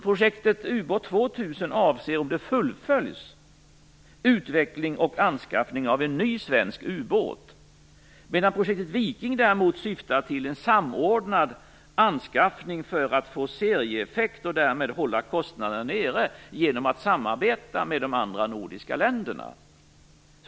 Projektet ubåt 2000 avser, om det fullföljs, utveckling och anskaffning av en ny svensk ubåt. Projektet Viking syftar däremot till en samordnad anskaffning för att få serieeffekt och därmed hålla kostnaderna nere, genom samarbete med de andra nordiska länderna.